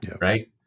Right